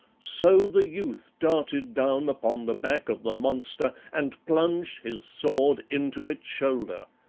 so the youth darted down upon the back of the monster and plunged his sword into its shoulder.